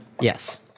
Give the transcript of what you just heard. Yes